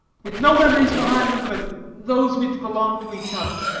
with no memories behind them but those which belonged to each other?